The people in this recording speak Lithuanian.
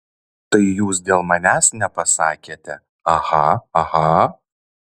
tai jūs dėl manęs nepasakėte aha aha